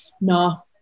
No